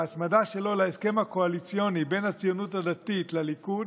בהצמדה שלו להסכם הקואליציוני בין הציונות הדתית לליכוד,